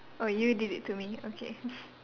oh you did it to me okay